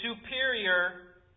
superior